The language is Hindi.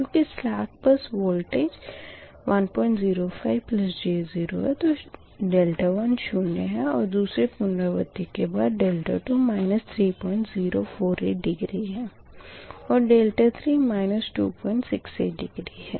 चूँकि सलेक बस वोल्टेज 105j0 है तो 1शून्य है और दूसरी पुनरावर्ती के बाद 2 3048 डिग्री है और 3 268 डिग्री है